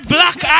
Black